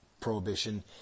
Prohibition